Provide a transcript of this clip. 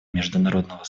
международного